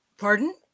Pardon